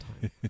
time